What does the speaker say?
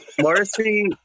Morrissey